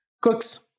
Cooks